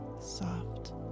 soft